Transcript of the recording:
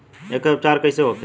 एकर उपचार कईसे होखे?